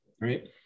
right